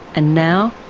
and now,